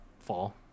fall